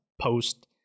post